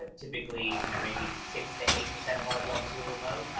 ah typically you know maybe six to eight percent of our jobs who are remote,